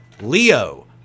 Leo